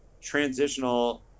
transitional